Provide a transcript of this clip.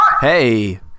hey